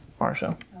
Marsha